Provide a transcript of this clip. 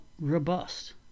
robust